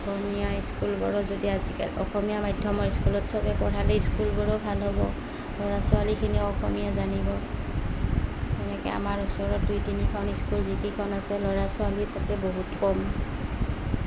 অসমীয়া স্কুলবোৰো যদি আজিকাল অসমীয়া মাধ্যমৰ স্কুলত চবে পঢ়ালে স্কুলবোৰো ভাল হ'ব ল'ৰা ছোৱালীখিনিও অসমীয়া জানিব তেনেকৈ আমাৰ ওচৰত দুই তিনিখন স্কুল যিকিখনখন আছে ল'ৰা ছোৱালী তাতে বহুত কম